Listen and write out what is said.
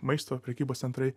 maisto prekybos centrai